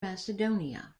macedonia